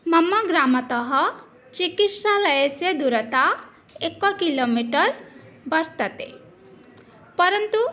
मम ग्रामतः चिकित्सालयस्य दूरता एककिलोमिटर् वर्तते परन्तु